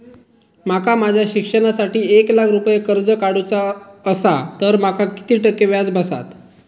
माका माझ्या शिक्षणासाठी एक लाख रुपये कर्ज काढू चा असा तर माका किती टक्के व्याज बसात?